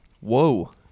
Whoa